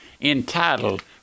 entitled